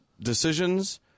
decisions